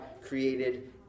created